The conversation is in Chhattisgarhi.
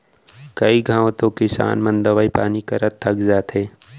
कई घंव तो किसान मन दवई पानी करत थक जाथें